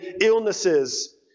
illnesses